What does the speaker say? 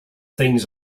things